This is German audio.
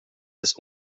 des